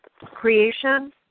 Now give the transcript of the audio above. creation